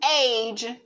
age